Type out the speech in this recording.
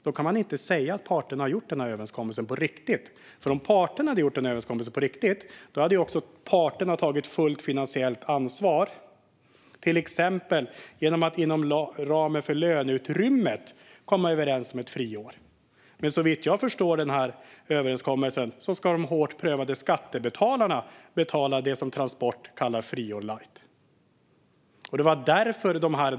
Då kan man inte säga att parterna har gjort den här överenskommelsen på riktigt, för om de hade gjort den på riktigt hade de också tagit fullt finansiellt ansvar, till exempel genom att inom ramen för löneutrymmet komma överens om ett friår. Såvitt jag förstår den här överenskommelsen ska de hårt prövade skattebetalarna betala det som Transport kallar för friår light.